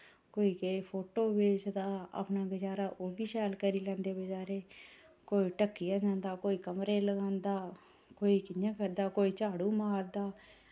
कोई के फोटो बेचदा अपना गुजारा ओह् बी शैल करी लैंदे बचारे कोई ढक्किया जंदा कोई कमरे लगांदा कोई कि'यां करदा कोई झाड़ू मारदा